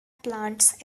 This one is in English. plants